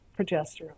progesterone